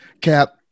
Cap